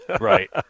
Right